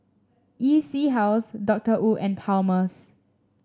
EC House Doctor Wu and Palmer's